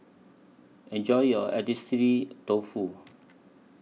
Enjoy your Agedashi Dofu